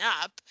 up